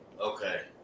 Okay